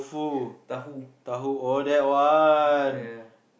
tau-hu yeah